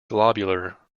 globular